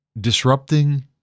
disrupting